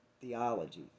theology